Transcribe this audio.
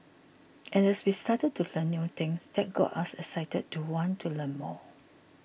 and as we started to learn new things that got us excited to want to learn more